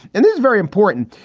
and this is very important.